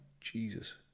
Jesus